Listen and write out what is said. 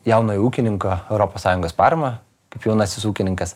jaunojo ūkininko europos sąjungos paramą kaip jaunasis ūkininkas